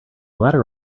ladder